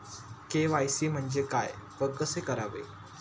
KYC म्हणजे काय व कसे करावे?